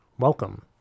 Welcome